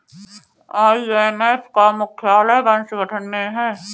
IMF का मुख्यालय Washington में है